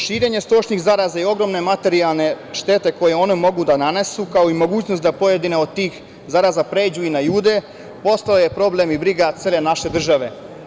Širenje stočnih zaraza i ogromne materijalne štete koje one mogu da nanesu, kao i mogućnost da pojedine od tih zaraza pređu i na ljude, postao je problem i briga cele naše države.